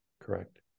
Correct